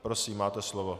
Prosím, máte slovo.